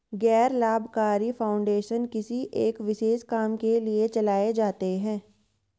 गैर लाभकारी फाउंडेशन किसी एक विशेष काम के लिए चलाए जाते हैं